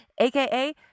AKA